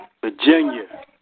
Virginia